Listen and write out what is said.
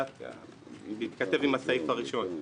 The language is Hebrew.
בהתכתב עם הסעיף הראשון,